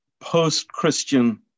post-Christian